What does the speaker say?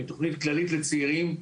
היא תוכנית כללית לצעירים.